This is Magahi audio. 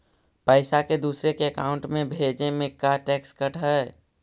पैसा के दूसरे के अकाउंट में भेजें में का टैक्स कट है?